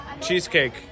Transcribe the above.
cheesecake